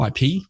ip